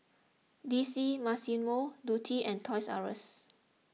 D C Massimo Dutti and Toys R Us